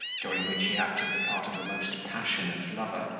during which he acted the part of a most passionate lover,